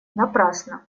напрасно